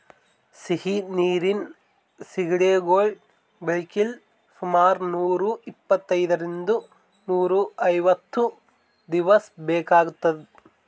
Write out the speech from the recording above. ಸಿಹಿ ನೀರಿನ್ ಸಿಗಡಿಗೊಳ್ ಬೆಳಿಲಿಕ್ಕ್ ಸುಮಾರ್ ನೂರ್ ಇಪ್ಪಂತ್ತರಿಂದ್ ನೂರ್ ಐವತ್ತ್ ದಿವಸ್ ಬೇಕಾತದ್